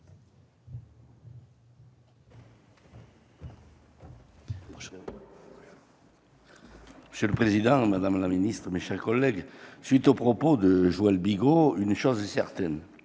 Monsieur le président, madame la ministre, mes chers collègues, à la suite des propos de Joël Bigot, une chose est certaine